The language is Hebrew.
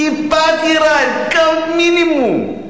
טיפת יראה, מינימום.